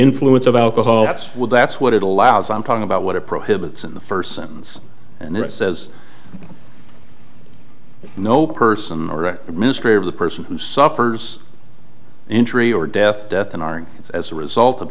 influence of alcohol that's well that's what it allows i'm talking about what it prohibits in the first sentence and it says no person or administrator of the person who suffers injury or death death and it's as a result of